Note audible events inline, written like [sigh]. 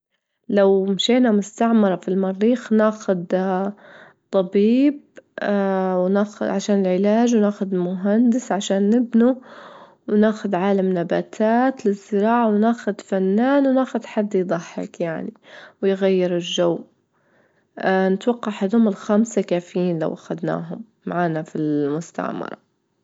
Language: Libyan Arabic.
لو مشينا مستعمرة في المريخ نأخد [hesitation] طبيب [hesitation] وناخ- عشان العلاج، ونأخد مهندس عشان نبنوا، ونأخد عالم نباتات للزراعة، ونأخد فنان، ونأخد حد يضحك يعني ويغير الجو [hesitation] نتوقع هدوم الخمسة كافيين لو أخدناهم معانا في المستعمرة.